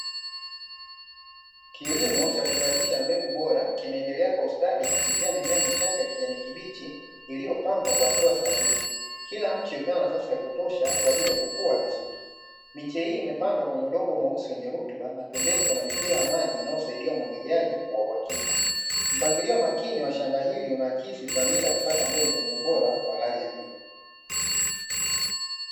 Kilimo cha kuzalisha mbegu bora, kinaendelea kwa ustadi kupitia mimea michanga kijani kibichi iliyopangwa kwa hatua sahihi, kila mche ukiwa na nafasi ya kutosha kwa ajili ya kukua vizuri. Miche hii imepandwa kwenye udongo mweusi wenye rutuba, na pembeni kuna mipira ya maji inayosaidia umwagiliaji wa uhakika. Mpangilio makini wa shamba hili, unaakisi dhamira ya kupata mbegu zenye ubora wa hali ya juu.